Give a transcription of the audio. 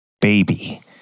baby